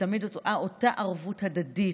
ותמיד אותה ערבות הדדית,